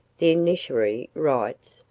the initiatory rites,